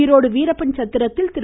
ஈரோடு வீரப்பன்சத்திரத்தில் திரு